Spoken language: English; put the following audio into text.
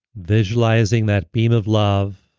visualizing that beam of love,